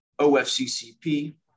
OFCCP